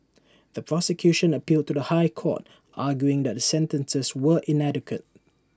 the prosecution appealed to the High Court arguing that the sentences were inadequate